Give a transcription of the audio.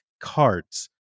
cards